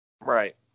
Right